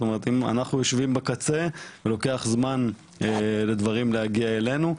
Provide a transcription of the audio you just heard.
אם אנחנו יושבים בקצה לוקח זמן לדברים להגיע אלינו,